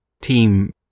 team